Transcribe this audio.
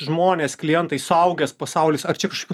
žmonės klientai suaugęs pasaulis ar čia kažkokių